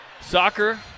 soccer